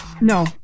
no